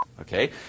okay